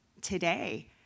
today